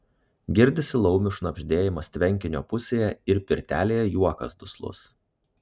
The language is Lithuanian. girdisi laumių šnabždėjimas tvenkinio pusėje ir pirtelėje juokas duslus